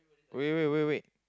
wait wait wait wait